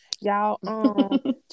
y'all